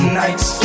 nights